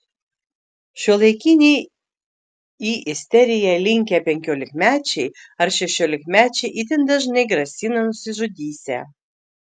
šiuolaikiniai į isteriją linkę penkiolikmečiai ar šešiolikmečiai itin dažnai grasina nusižudysią